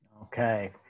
Okay